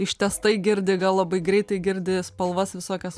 ištęstai girdi gal labai greitai girdi spalvas visokias